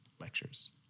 lectures